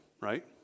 right